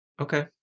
Okay